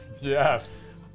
yes